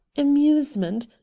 amusement,